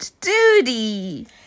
duty